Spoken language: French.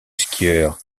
skieur